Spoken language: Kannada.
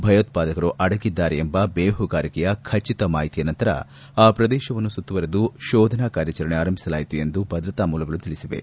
ಭಯೋತ್ಪಾದಕರು ಅಡಗಿದ್ದಾರೆ ಎಂಬ ಬೇಹುಗಾರಿಕೆಯ ಖಚಿತ ಮಾಹಿತಿಯ ನಂತರ ಆ ಪ್ರದೇಶವನ್ನು ಸುತ್ತುವರೆದು ಶೋಧನಾ ಕಾರ್ಯಾಚರಣೆ ಆರಂಭಿಸಲಾಯಿತು ಎಂದು ಭದ್ರತಾ ಮೂಲಗಳು ತಿಳಿಸಿವೆ